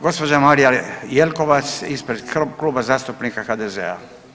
Gospođa Marija Jelkovac ispred Kluba zastupnika HDZ-a.